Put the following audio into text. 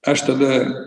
aš tada